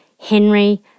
Henry